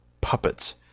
puppets